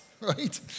Right